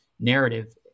narrative